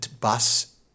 bus